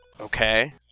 Okay